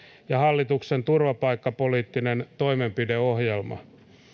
ja hallituksen turvapaikkapoliittinen toimenpideohjelma